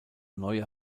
neue